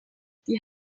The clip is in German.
die